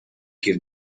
give